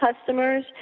customers